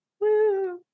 Woo